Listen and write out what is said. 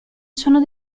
sono